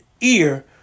ear